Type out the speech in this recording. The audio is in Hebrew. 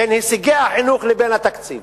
בין הישגי החינוך לבין התקציב,